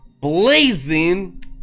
blazing